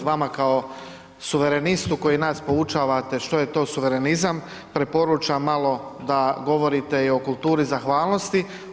Vama kao suverenistu koji nas poučavate što je to suverenizam preporučam malo da govorite i o kulturi zahvalnosti.